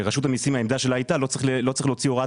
שהעמדה של רשות המיסים היתה שלא צריך להוציא הוראת